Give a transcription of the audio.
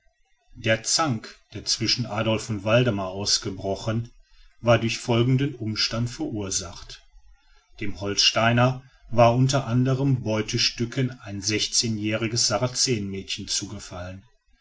der zank der zwischen adolf und waldemar ausgebrochen war durch folgenden umstand verursacht dem holsteiner war unter anderen beutestücken ein sechzehnjährig sarazenenmädchen zugefallen